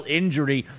injury